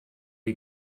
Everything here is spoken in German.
die